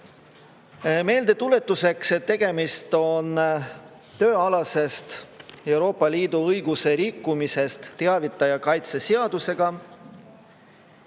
Meeldetuletuseks. Tegemist on tööalasest Euroopa Liidu õiguse rikkumisest teavitaja kaitse seaduse